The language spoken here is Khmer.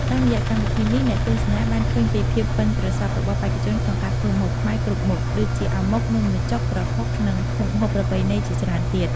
តាមរយៈកម្មវិធីនេះ អ្នកទស្សនាបានឃើញពីភាពប៉ិនប្រសប់របស់បេក្ខជនក្នុងការធ្វើម្ហូបខ្មែរគ្រប់មុខ ដូចជា អាម៉ុក នំបញ្ចុក ប្រហុក និងមុខម្ហូបប្រពៃណីជាច្រើនទៀត។